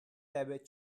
tebe